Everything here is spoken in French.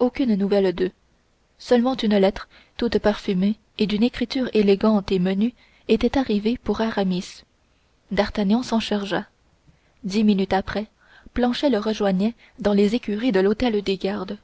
aucune nouvelle d'eux seulement une lettre toute parfumée et d'une écriture élégante et menue était arrivée pour aramis d'artagnan s'en chargea dix minutes après planchet le rejoignait dans les écuries de l'hôtel des gardes